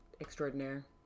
extraordinaire